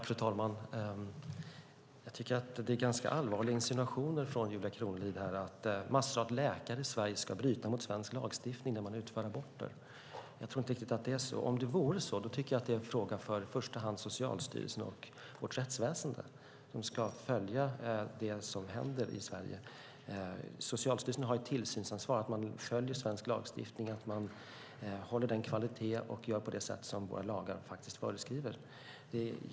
Fru talman! Jag tycker att det är ganska allvarliga insinuationer från Julia Kronlid här om att massor av läkare i Sverige bryter mot svensk lagstiftning när de utför aborter. Jag tror inte riktigt att det är så. Om det vore så skulle det vara en fråga för i första hand Socialstyrelsen och vårt rättsväsen som ska följa det som händer i Sverige. Socialstyrelsen har ju ett tillsynsansvar när det gäller att man följer svensk lagstiftning och alltså håller den kvalitet och gör på det sätt som våra lagar föreskriver.